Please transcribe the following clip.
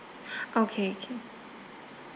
okay okay